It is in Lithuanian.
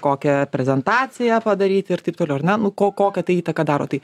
kokią prezentaciją padaryti ir taip toliau ar ne nu ko kokią įtaką daro tai